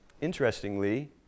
interestingly